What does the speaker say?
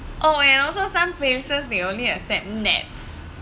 oh and also some places they only accept NETS